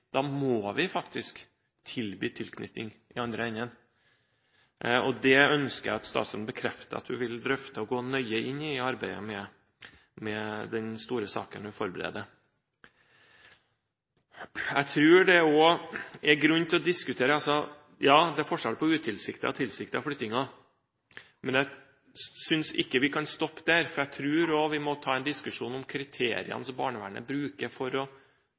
da må vi tilby tilknytning i den andre enden. Det ønsker jeg at statsråden bekrefter, at hun vil drøfte og gå nøye inn i arbeidet med den store saken hun forbereder. Det er forskjell på utilsiktede og tilsiktede flyttinger, men jeg syns ikke vi kan stoppe der. Jeg tror vi også må ta en diskusjon om de kriteriene som barnevernet bruker for å